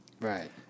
Right